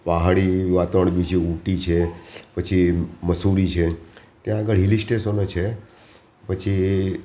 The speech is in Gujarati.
પહાડી વાતાવરણ બી છે ઉંટી છે પછી મસૂરી છે ત્યાં આગળ હિલ સ્ટેશનો છે પછી